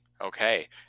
Okay